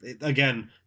again